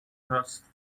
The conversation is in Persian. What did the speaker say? هاست